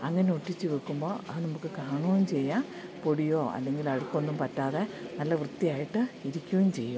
അങ്ങനെ ഒട്ടിച്ച് വെക്കുമ്പോൾ അത് നമുക്ക് കാണുകയും ചെയ്യാം പൊടിയോ അല്ലെങ്കിലഴുക്കൊന്നും പറ്റാതെ നല്ല വൃത്തിയായിട്ട് ഇരിക്കുകയും ചെയ്യും